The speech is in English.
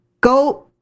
Go